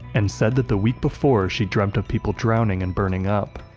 and said that the week before she'd dreamt of people drowning and burning up.